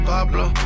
Pablo